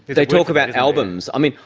they talk about albums. i mean,